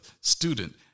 student